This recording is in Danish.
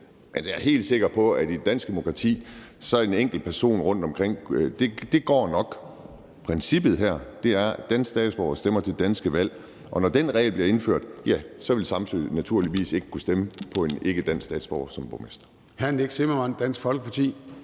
jeg er helt sikker på, at i et dansk demokrati går det nok med en enkelt person et sted. Princippet her er, at danske statsborgere stemmer til danske valg, og når den regel bliver indført, ja, så vil Samsø naturligvis ikke kunne stemme på en ikkedansk statsborger som borgmester.